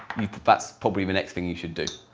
you that's probably the next thing you should do,